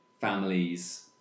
families